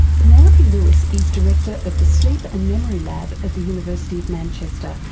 penelope lewis is director of the sleep and memory lab at the university of manchester,